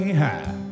high